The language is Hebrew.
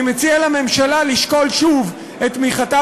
אני מציע לממשלה לשקול שוב את תמיכתה